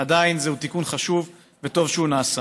עדיין זה תיקון חשוב, וטוב שהוא נעשה.